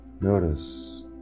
Notice